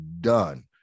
done